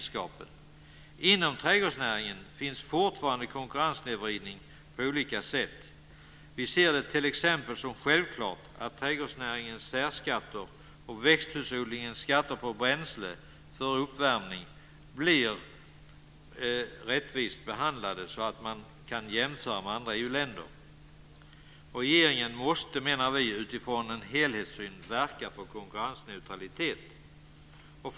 Inom trädgårdsnäringen finns det fortfarande en konkurrenssnedvridning på olika sätt. T.ex. ser vi det som självklart att trädgårdsnäringens särskatter och växthusodlingens skatter på bränsle för uppvärmning blir rättvist behandlade så att man kan jämföra med andra EU-länder. Regeringen måste, menar vi, utifrån en helhetssyn verka för konkurrensneutralitet.